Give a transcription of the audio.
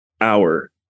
hour